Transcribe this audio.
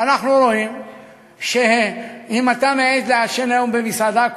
אנחנו רואים שאם אתה מעז לעשן במסעדה,